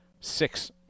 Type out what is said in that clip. six